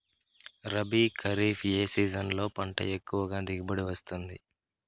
రబీ, ఖరీఫ్ ఏ సీజన్లలో పంట ఎక్కువగా దిగుబడి వస్తుంది